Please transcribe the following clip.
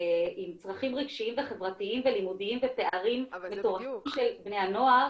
עם צרכים רגשיים וחברתיים ולימודיים ופערים מטורפים של בני הנוער,